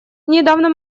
недавно